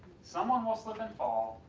someone will slip and fall,